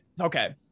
okay